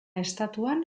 estatuan